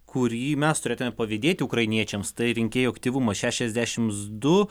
kurį mes turėtume pavydėti ukrainiečiams tai rinkėjų aktyvumas šešiasdešims du